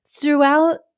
throughout